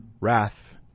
wrath